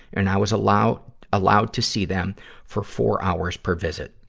and i was allowed allowed to see them for four hours per visit.